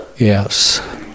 Yes